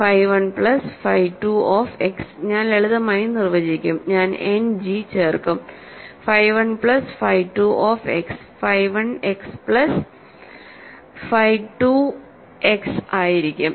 phi 1 plus phi 2 of X ഞാൻ ലളിതമായി നിർവചിക്കും ഞാൻ എൻഡ് G ചേർക്കുംഫൈ 1 പ്ലസ് ഫൈ2 of x phi 1 x plus phi 2 x ആയിരിക്കും